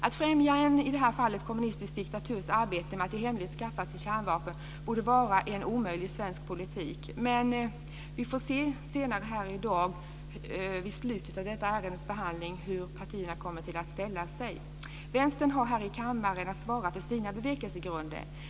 Att främja en i detta fall kommunistisk diktaturs arbete med att i hemlighet skaffa sig kärnvapen borde vara en omöjlig svensk politik. Men vi får se senare här i dag vid voteringen hur partierna kommer att ställa sig. Vänstern har här i kammaren att svara för sina bevekelsegrunder.